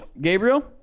Gabriel